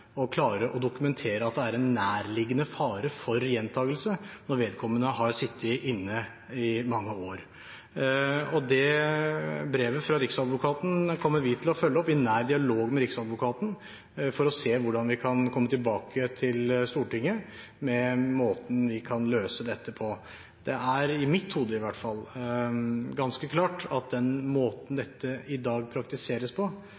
klare å dokumentere at det er en «nærliggende fare for gjentakelse» når vedkommende har sittet inne i mange år. Brevet fra Riksadvokaten kommer vi til å følge opp, i nær dialog med Riksadvokaten, for å se hvordan vi kan komme tilbake til Stortinget med en måte å løse dette på. Det er ganske klart – iallfall i mitt hode – at måten dette i